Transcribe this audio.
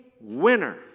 winner